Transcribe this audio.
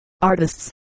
Artists